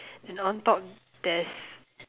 and on top there's